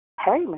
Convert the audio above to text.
Hey